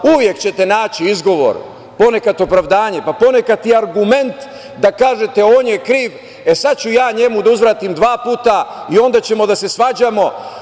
Uvek ćete naći izgovor, ponekad opravdanje, ponekad i argument da kažete – on je kriv, sad ću ja njemu da uzvratim dva puta i onda ćemo da se svađamo.